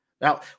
Now